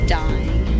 dying